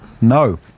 No